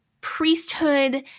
priesthood